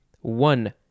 One